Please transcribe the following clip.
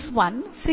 ಸಿಗುತ್ತದೆ